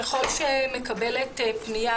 ככל שמתקבלת פנייה,